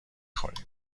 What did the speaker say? خوریم